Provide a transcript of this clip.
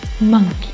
monkey